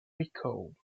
records